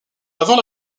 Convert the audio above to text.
avant